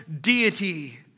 deity